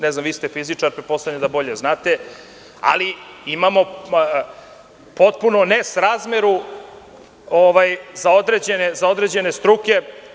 Ne znam, vi ste fizičar, pretpostavljam da bolje znate, ali imamo potpunu nesrazmeru za određene struke.